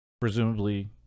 presumably